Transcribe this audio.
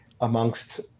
amongst